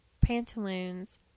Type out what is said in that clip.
pantaloons